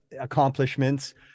accomplishments